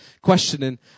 questioning